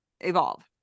evolve